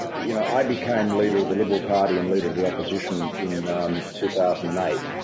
you know, i became leader of the liberal party and leader of the opposition in two thousand and eight.